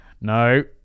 No